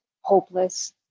hopeless